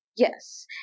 Yes